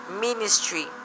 ministry